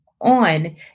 on